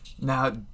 Now